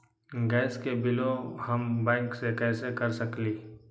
Gas के बिलों हम बैंक से कैसे कर सकली?